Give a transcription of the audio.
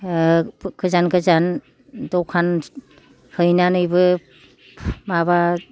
गोजान गोजान दखान हैनानैबो माबा